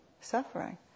suffering